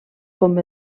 com